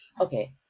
okay